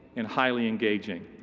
and highly engaging?